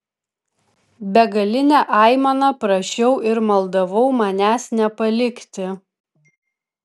begaline aimana prašiau ir maldavau manęs nepalikti